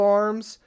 arms